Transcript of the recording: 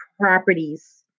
properties